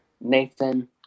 Nathan